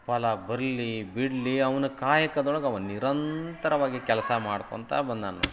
ಫಲ ಬರಲಿ ಬಿಡಲಿ ಅವ್ನ ಕಾಯಕದೊಳ್ಗೆ ಅವ ನಿರಂತರವಾಗಿ ಕೆಲಸ ಮಾಡ್ಕೊಳ್ತ ಬಂದಾನೆ